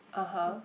(uh huh)